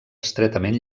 estretament